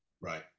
Right